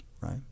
right